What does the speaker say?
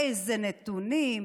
איזה נתונים,